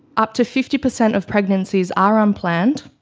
up to fifty percent of pregnancies are unplanned,